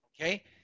okay